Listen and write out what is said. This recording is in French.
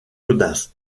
gaudens